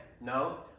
No